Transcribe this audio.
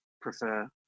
prefer